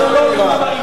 מה הבעיה?